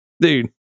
Dude